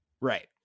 Right